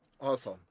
Awesome